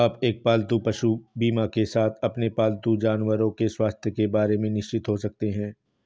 आप एक पालतू पशु बीमा के साथ अपने पालतू जानवरों के स्वास्थ्य के बारे में निश्चिंत हो सकते हैं